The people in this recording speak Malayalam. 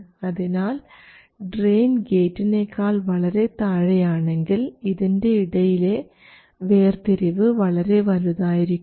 അതിനാൽ ഡ്രയിൻ ഗേറ്റിനേക്കാൾ വളരെ താഴെയാണെങ്കിൽ ഇതിൻറെ ഇടയിലെ വേർതിരിവ് വളരെ വലുതായിരിക്കും